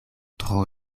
tro